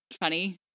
funny